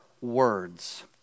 words